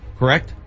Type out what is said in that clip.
correct